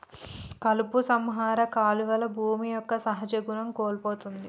కలుపు సంహార కాలువల్ల భూమి యొక్క సహజ గుణం కోల్పోతుంది